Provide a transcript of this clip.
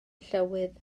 llywydd